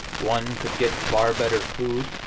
one could get far better food,